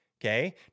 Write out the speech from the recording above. okay